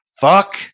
fuck